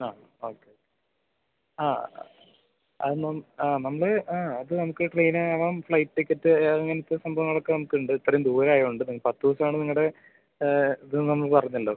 ആ ഓക്കെ ആ അത് നമ് ആ നമ്മൾ ആ അത് നമുക്ക് പ്ലെയിൻ ആവാം ഫ്ലൈറ്റ് ടിക്കറ്റ് അങ്ങനത്തെ സംഭവങ്ങളൊക്കെ നമുക്കുണ്ട് ഇത്രയും ദൂരം ആയതുകൊണ്ട് പത്ത് ദിവസമാണ് നിങ്ങളുടെ ഇതെന്ന് നമ്മൾ പറഞ്ഞല്ലോ